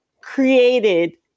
created